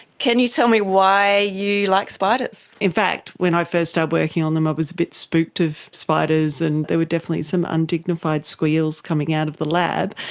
can you tell me why you like spiders? in fact when i first started working on them i was a bit spooked of spiders and there were definitely some undignified squeals coming out of the lab.